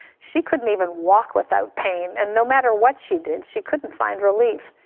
she couldn't even walk without pain, and no matter what she did, she couldn't find relief.